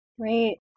Great